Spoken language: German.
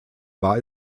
war